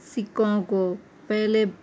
سکوں کو پہلے